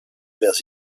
bears